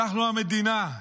אנחנו המדינה,